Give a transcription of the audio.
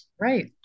Right